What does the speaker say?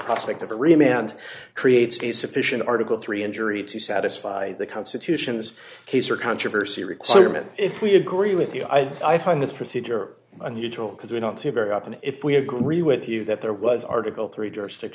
and creates a sufficient article three injury to satisfy the constitution's case or controversy requirement if we agree with you i find this procedure unusual because we don't see very often if we agree with you that there was article three